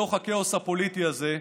בתוך הכאוס הפוליטי הזה,